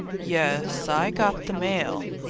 yes, i got the mail,